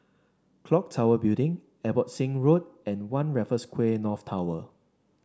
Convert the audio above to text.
clock Tower Building Abbotsingh Road and One Raffles Quay North Tower